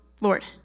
Lord